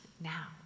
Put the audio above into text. now